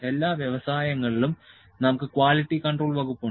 എല്ലാ വ്യവസായങ്ങളിലും നമുക്ക് ക്വാളിറ്റി കൺട്രോൾ വകുപ്പുണ്ട്